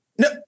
No